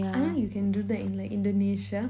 I know you can do that in indonesia